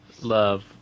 love